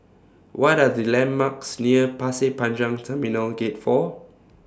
What Are The landmarks near Pasir Panjang Terminal Gate four